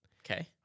Okay